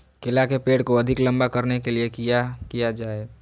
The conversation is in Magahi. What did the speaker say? केला के पेड़ को अधिक लंबा करने के लिए किया किया जाए?